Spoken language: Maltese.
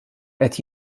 qed